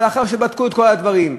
ולאחר שבדקו את כל הדברים,